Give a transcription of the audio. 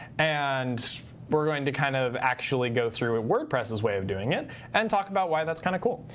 and we're going to kind of actually go through with wordpress's way of doing it and talk about why that's kind of cool.